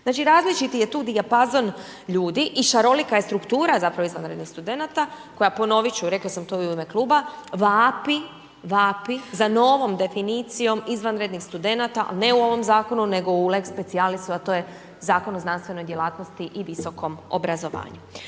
Znači različiti je tu dijapazon ljudi i šarolika je struktura zapravo izvanrednih studenata koja ponovit ću, rekla sam to i u ime kluba, vapi, vapi za novom definicijom izvanrednih studenata ne ovom zakonu nego u lex specialisu a to je Zakon o znanstvenoj djelatnosti i visokom obrazovanju.